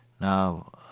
Now